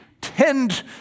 tend